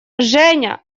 женя